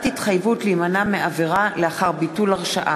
התחייבות להימנע מעבירה לאחר ביטול הרשעה),